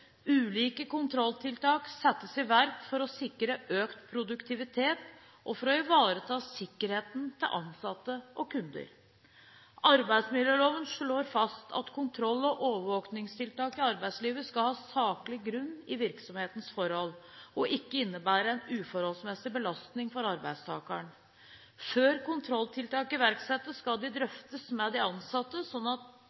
Ulike kontrolltiltak settes i verk for å sikre økt produktivitet og for å ivareta sikkerheten til ansatte og kunder. Arbeidsmiljøloven slår fast at kontroll- og overvåkingstiltak i arbeidslivet skal ha saklig grunn i virksomhetens forhold og ikke innebære en uforholdsmessig belastning for arbeidstakeren. Før kontrolltiltak iverksettes, skal de